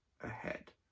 ahead